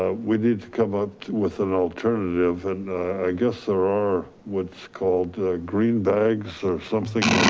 ah we need to come up with an alternative. and i guess there are what's called green bags or something.